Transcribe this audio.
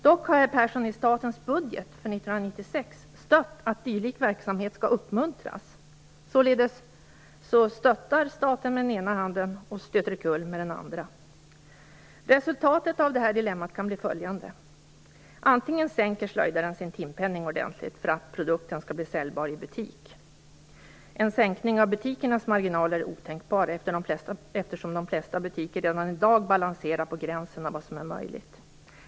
Dock har herr Persson i statens budget 1996 stött att dylik verksamhet skall uppmuntras, således stöttar staten med den ena handen och stöter omkull med den andra. Resultatet av detta dilemma kan bli följande: Antingen sänker slöjdaren sin timpenning ordentligt för att produkten skall bli säljbar i butik. En sänkning av butikernas marginaler är otänkbar, eftersom de flesta butiker redan i dag balanserar på gränsen till vad som är möjligt.